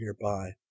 nearby